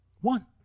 One